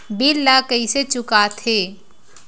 bill ला कइसे चुका थे